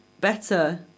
better